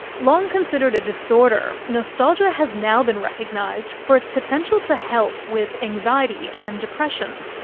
long considered a disorder, nostalgia has now been recognised for its potential to help with anxiety and depression.